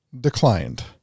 declined